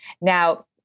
Now